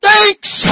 Thanks